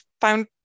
found